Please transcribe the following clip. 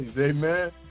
Amen